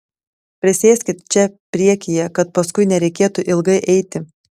prisėskit čia priekyje kad paskui nereikėtų ilgai eiti